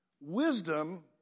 Wisdom